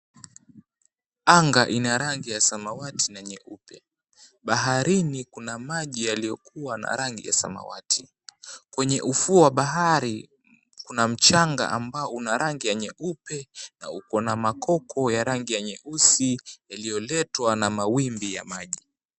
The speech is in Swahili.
Anga ina rangi ya samawati na nyeupe. Baharini kuna maji yaliyokuwa na rangi ya samawati. Kwenye ufuo wa bahari kuna mchanga ambao una rangi ya nyeupe, na uko na makoko ya rangi ya nyeusi, yaliyoletwa na mawimbi ya maji.